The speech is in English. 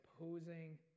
opposing